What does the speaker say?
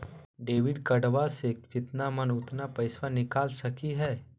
Debit कार्डबा से जितना मन उतना पेसबा निकाल सकी हय?